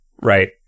right